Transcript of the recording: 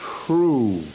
true